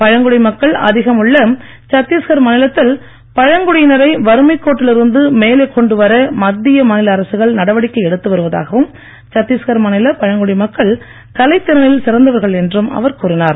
பழங்குடி மக்கள் அதிகம் உள்ள சத்தீஸ்கர் மாநிலத்தில் பழங்குடியினரை வறுமை கோட்டில் இருந்து மேலே கொண்டு வர மத்திய மாநில அரசுகள் நடவடிக்கை எடுத்து வருவதாகவும் சத்தீஸ்கர் மாநில பழங்குடி மக்கள் கலைத்திறனில் சிறந்தவர்கள் என்றும் அவர் கூறினார்